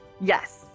Yes